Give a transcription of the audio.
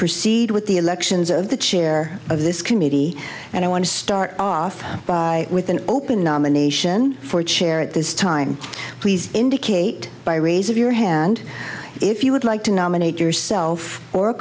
proceed with the elections of the chair of this committee and i want to start off with an open nomination for chair at this time please indicate by raising your hand if you would like to nominate yourself or a